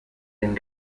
denn